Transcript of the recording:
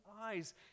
eyes